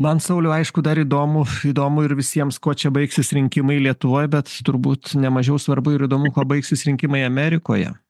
man sauliau aišku dar įdomu įdomu ir visiems kuo čia baigsis rinkimai lietuvoj bet turbūt nemažiau svarbu ir įdomu kuo baigsis rinkimai amerikoje